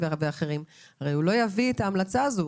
הוא לא יביא את ההמלצה הזו.